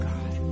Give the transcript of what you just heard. God